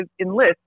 enlist